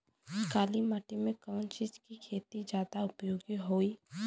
काली माटी में कवन चीज़ के खेती ज्यादा उपयोगी होयी?